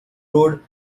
road